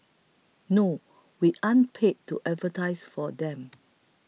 no we aren't paid to advertise for them